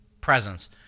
presence